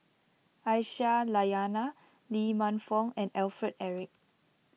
Aisyah Lyana Lee Man Fong and Alfred Eric